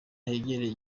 hegereye